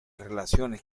relaciones